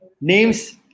names